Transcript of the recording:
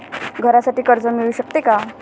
घरासाठी कर्ज मिळू शकते का?